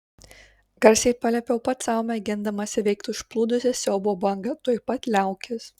garsiai paliepiau pats sau mėgindamas įveikti užplūdusią siaubo bangą tuoj pat liaukis